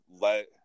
let